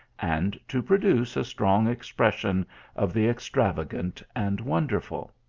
and to produce a strong expression of the extravagant and wonderful.